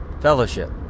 Fellowship